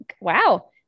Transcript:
wow